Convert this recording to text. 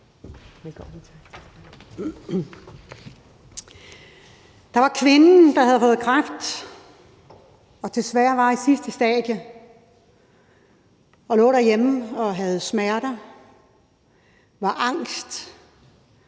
Der var kvinden, der havde fået kræft og desværre var i sidste stadie og lå derhjemme og havde smerter, var angst,